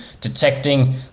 detecting